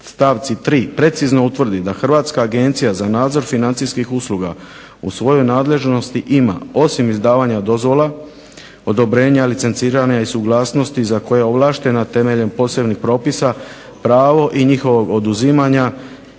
stavci 3. precizno utvrdi da Hrvatska agencija za nadzor financijskih usluga u svojoj nadležnosti ima osim izdavanja dozvola, odobrenja licenciranja i suglasnosti za koja je ovlaštena temeljem posebnih propisa pravo i njihovog oduzimanja